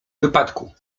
wypadku